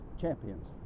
champions